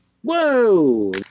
Whoa